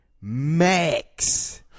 Max